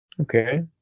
Okay